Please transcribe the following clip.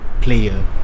player